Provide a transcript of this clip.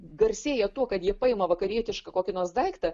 garsėja tuo kad jie paima vakarietišką kokį nors daiktą